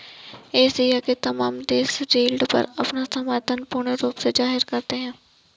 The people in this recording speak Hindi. एशिया के तमाम देश यील्ड पर अपना समर्थन पूर्ण रूप से जाहिर करते हैं